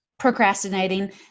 procrastinating